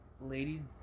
Lady